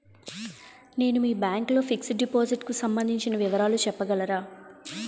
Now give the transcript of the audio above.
నేను మీ బ్యాంక్ లో ఫిక్సడ్ డెపోసిట్ కు సంబందించిన వివరాలు చెప్పగలరా?